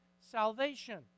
salvation